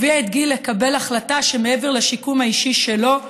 הביא את גיל לקבל החלטה שמעבר לשיקום האישי שלו,